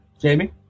Jamie